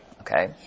Okay